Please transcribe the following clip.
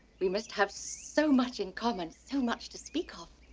we must have so much in common, so much to speak of.